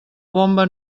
bomba